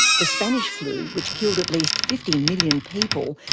the spanish flu, which killed at least fifty million people,